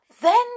Then